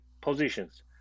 positions